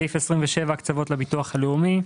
סעיף 27, הקצבות לביטוח הלאומי,